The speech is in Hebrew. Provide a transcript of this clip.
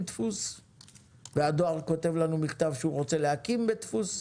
דפוס והדואר כותב לנו מכתב שהוא רוצה להקים בית דפוס.